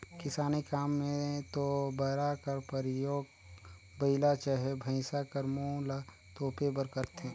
किसानी काम मे तोबरा कर परियोग बइला चहे भइसा कर मुंह ल तोपे बर करथे